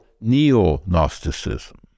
neo-Gnosticism